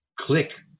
Click